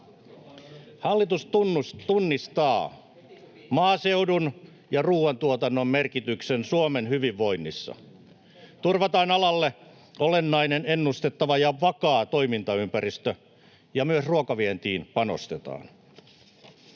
Hallitus tunnistaa maaseudun ja ruuantuotannon merkityksen Suomen hyvinvoinnissa. Turvataan alalle olennainen ennustettava ja vakaa toimintaympäristö, ja myös ruokavientiin panostetaan.